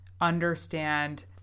understand